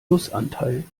nussanteil